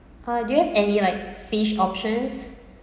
uh do you have any like fish options